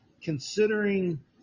Considering